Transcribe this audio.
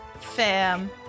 Fam